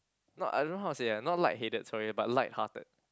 not I don't how to say ah not light-headed sorry but lighthearted